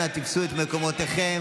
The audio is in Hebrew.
אנא תפסו את מקומותיכם.